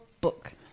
book